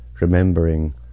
remembering